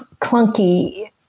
clunky